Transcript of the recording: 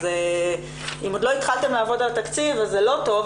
אז אם עוד לא התחלתם לעבוד על התקציב זה לא טוב,